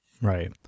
Right